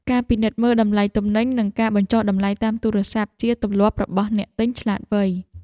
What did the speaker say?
ការពិនិត្យមើលតម្លៃទំនិញ និងការបញ្ចុះតម្លៃតាមទូរស័ព្ទ ជាទម្លាប់របស់អ្នកទិញឆ្លាតវៃ។